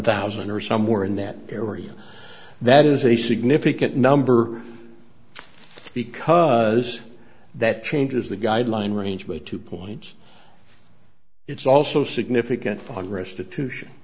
thousand or somewhere in that area that is a significant number because that changes the guideline range by two points it's also significant on restitution